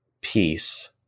peace